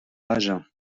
agen